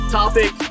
topic